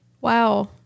Wow